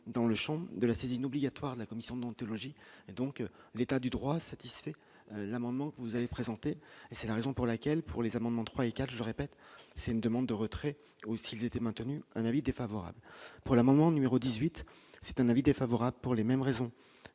dans le Champ de la saisine obligatoire, la commission d'anthologie et donc l'état du droit satisfait l'amendement que vous avez présenté, et c'est la raison pour laquelle, pour les amendements 3 et 4, je répète, c'est une demande de retrait aussi ils étaient maintenus, un avis défavorable pour l'amendement numéro 18 c'est un avis défavorable pour les mêmes raisons